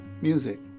music